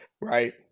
right